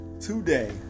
today